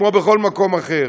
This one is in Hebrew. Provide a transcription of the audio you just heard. כמו בכל מקום אחר.